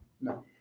no